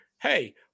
hey